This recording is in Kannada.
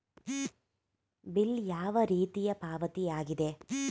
ಬಿಲ್ ಯಾವ ರೀತಿಯ ಪಾವತಿಯಾಗಿದೆ?